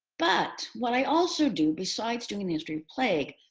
but what i also do, besides doing the history of plague,